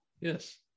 yes